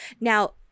Now